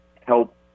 help